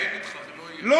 אני מסכים אתך, לא יהיו.